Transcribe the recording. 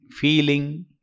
feeling